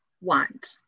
want